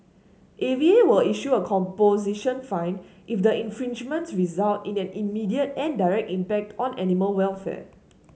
A V A will issue a composition fine if the infringements result in an immediate and direct impact on animal welfare